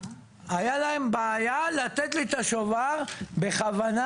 הייתה להם בעיה לתת לי את השובר בכוונה,